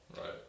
Right